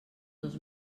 dos